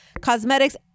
cosmetics